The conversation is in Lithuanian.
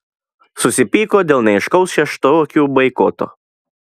susipyko dėl neaiškaus šeštokių boikoto